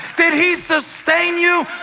did he sustain you?